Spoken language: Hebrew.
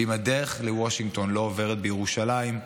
ואם הדרך לוושינגטון לא עוברת בירושלים,